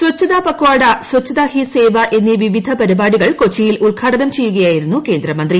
സ്വച്ഛത പക്ഷാഡ സ്വച്ഛതാ ഹീ സേവ എന്നീ വിവിധ പരിപാടികൾ കൊച്ചിയിൽ ഉദ്ഘാടനം ചെയ്യുകയായിരുന്നു കേന്ദ്രമന്ത്രി